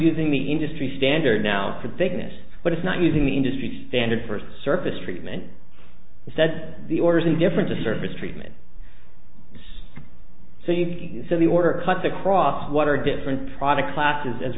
using the industry standard now for bigness but it's not using the industry standard for surface treatment instead the orders in different to service treatment so you can see the order cuts across water different product classes as